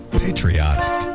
patriotic